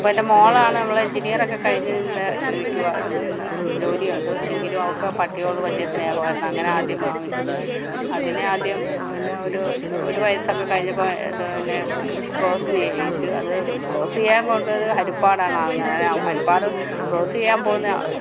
അപ്പോൾ എൻ്റെ മോളാണ് അവൾ എഞ്ചിനീയർ ഒക്കെ കഴിഞ്ഞ് നിൽക്കുവാണ് നിന്ന് ജോലി ഉണ്ട് എങ്കിലും അവൾക്ക് ആ പട്ടിയോട് വലിയ സ്നേഹം ആയിരുന്നു അങ്ങനെ ആദ്യം വാങ്ങിച്ചത് അതിനെ ആദ്യം പിന്നെ ഒരു ഒരു വയസ്സൊക്കെ കഴിഞ്ഞപ്പോൾ തന്നെ ക്രോസ് ചെയ്യിച്ചു അത് ക്രോസ് ചെയ്യാൻ കൊണ്ടുപോയത് ഹരിപ്പാടാണ് അങ്ങനെ ഹരിപ്പാട് ക്രോസ്സ് ചെയ്യാൻ പോകുന്ന